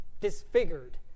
disfigured